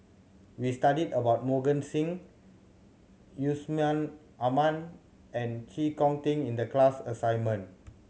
we studied about Mohan Singh Yusman Aman and Chee Kong Tet in the class assignment